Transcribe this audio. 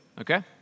Okay